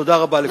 תודה רבה לכם.